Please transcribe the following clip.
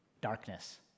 darkness